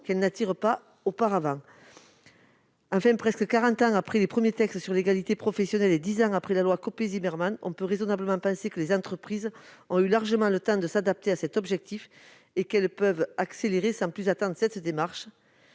qu'elles n'attiraient pas auparavant. Enfin, presque quarante ans après les premiers textes sur l'égalité professionnelle et dix ans après la loi Copé-Zimmermann, on peut raisonnablement penser que les entreprises ont eu largement le temps de s'adapter à cet objectif, et qu'elles peuvent accélérer sans plus attendre cette démarche.